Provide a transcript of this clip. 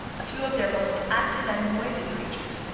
a few of their most active and noisy preachers,